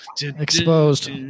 Exposed